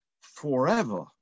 forever